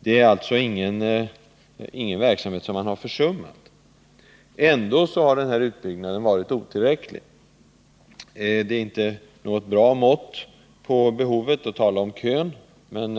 Det är alltså inte någon verksamhet som man har försummat. Ändå har denna utbyggnad varit otillräcklig. Det är inte något bra mått på behovet att tala om kön, men